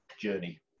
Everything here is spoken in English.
journey